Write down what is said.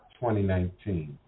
2019